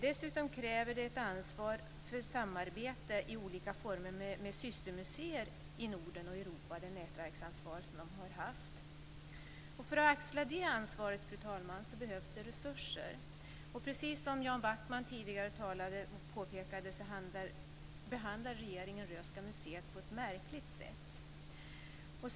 Dessutom kräver det nätverksansvar som de har haft ett ansvar för samarbete i olika former med systermuseer i Norden och Europa. För att axla det ansvaret, fru talman, behövs det resurser. Precis som Jan Backman tidigare påpekade behandlar regeringen Röhsska museet på ett märkligt sätt.